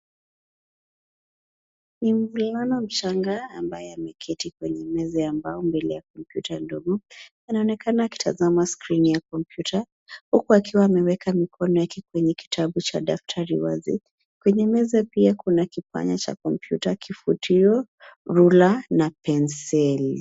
Ni mvulana mchanga ambaye ameketi kwenye meza ya mbao mbele ya kompyuta ndogo, anaonekana akitazama skrini ya kompyuta huku akiwa amewekwa mikono yake kwenye kitabu cha daftari wazi. Kwenye meza pia kuna kipanya cha kompyuta, kifutio, rula na penseli.